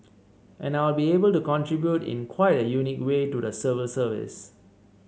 and I'll be able to contribute in quite a unique way to the civil service